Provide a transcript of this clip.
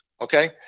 okay